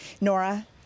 Nora